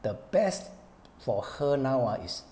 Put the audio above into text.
the best for her now ah is